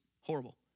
horrible